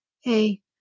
Hey